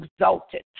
exalted